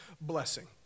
blessing